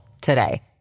today